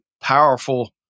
powerful